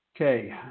Okay